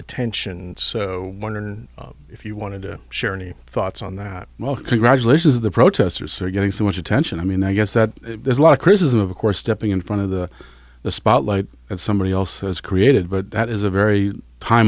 attention so wonder if you wanted to share any thoughts on that well congratulations the protesters are getting so much attention i mean i guess that there's a lot of criticism of course stepping in front of the the spotlight as somebody else has created but that is a very